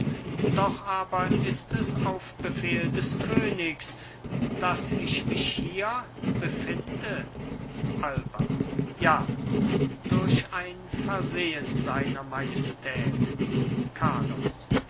doch aber ist es auf befehl des königs daß ich mich hier befinde alba ja durch ein versehen seiner majestät carlos